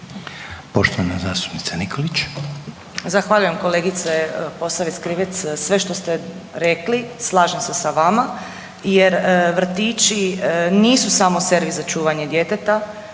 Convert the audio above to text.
Poštovana zastupnica Nikolić.